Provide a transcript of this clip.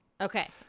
Okay